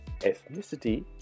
ethnicity